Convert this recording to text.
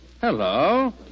Hello